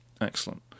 Excellent